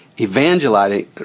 evangelizing